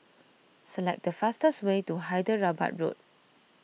select the fastest way to Hyderabad Road